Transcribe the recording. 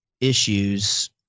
issues